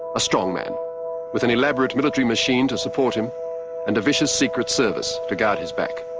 a strong man with an elaborate military machine to support him and a vicious secret service to guard his back.